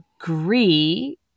agree